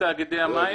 תאגידי מים